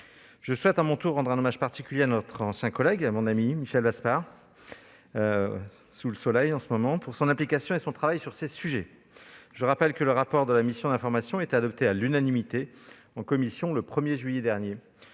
Je souhaite, à mon tour, rendre un hommage particulier à notre ancien collègue et mon ami Michel Vaspart pour son implication et son travail sur ces sujets. Le rapport de la mission d'information a été adopté à l'unanimité en commission le 1 juillet dernier